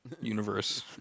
universe